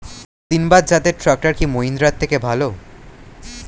সিণবাদ জাতের ট্রাকটার কি মহিন্দ্রার থেকে ভালো?